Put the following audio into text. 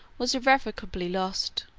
was irrecoverably lost